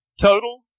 total